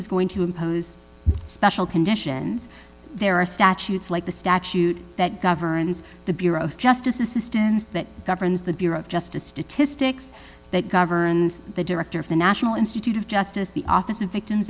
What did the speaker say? is going to impose special conditions there are statutes like the statute that governs the bureau of justice assistance that governs the bureau of justice statistics that governs the director of the national institute of justice the office of victims